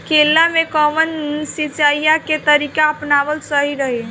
केला में कवन सिचीया के तरिका अपनावल सही रही?